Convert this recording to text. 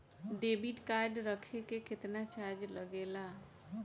Debit card रखे के केतना चार्ज लगेला?